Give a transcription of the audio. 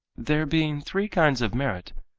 there being three kinds of merit,